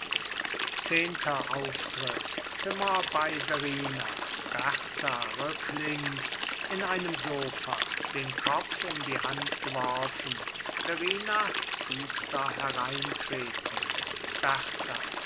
zehenter auftritt zimmer bei verrina berta rücklings in einem sofa den kopf in die hand geworfen verrina düster hereintretend